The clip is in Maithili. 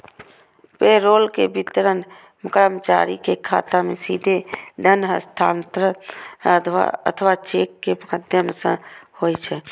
पेरोल के वितरण कर्मचारी के खाता मे सीधे धन हस्तांतरण अथवा चेक के माध्यम सं होइ छै